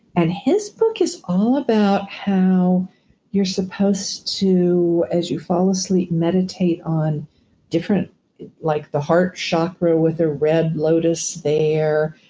and his book is all about how you're supposed to, as you fall asleep and meditate on different like the heart chakra with the red lotus there,